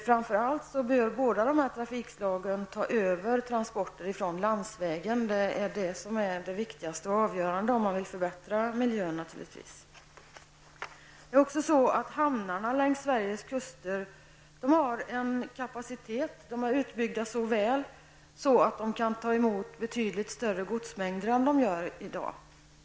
Framför allt bör båda dessa trafikslag ta över transporter från landsvägen. Det är naturligtvis det som är det viktigaste och avgörande om man vill förbättra miljön. Hamnarna längs Sveriges kuster har stor kapacitet. De är utbyggda så att de kan ta emot betydligt större godsmängder än i dag.